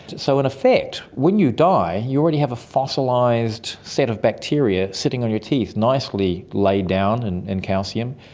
so in effect when you die you already have a fossilised set of bacteria sitting on your teeth nicely laid down and in calcium,